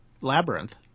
labyrinth